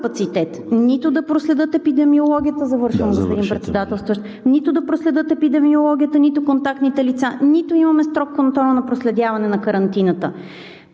нито да проследят епидемиологията, нито контактните лица, нито пък имаме строг контрол на проследяване на карантината.